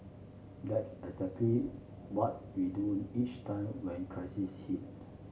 that's exactly what we do each time when crisis hit